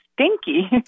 stinky